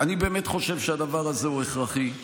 אני באמת חושב שהדבר הזה הוא הכרחי.